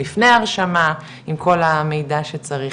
לפני הרשמה עם כל המידע שצריך.